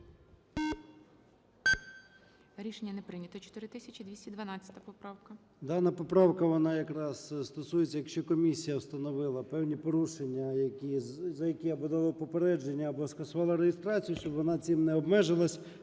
Рішення не прийнято. 4212 поправка.